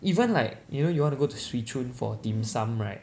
even like you know you want to go to swee choon for dim sum right